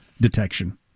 detection